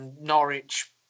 Norwich